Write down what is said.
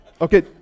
Okay